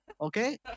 okay